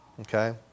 Okay